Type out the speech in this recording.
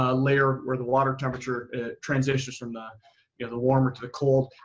ah layer where the water temperature transitions from the yeah the warmer to the cold.